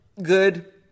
good